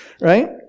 Right